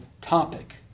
topic